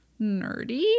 nerdy